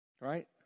Right